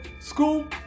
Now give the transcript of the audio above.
school